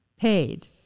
paid